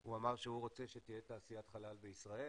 הוא אמר שהוא רוצה שתהיה תעשיית חלל בישראל.